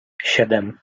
siedem